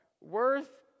Worth